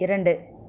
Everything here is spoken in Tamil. இரண்டு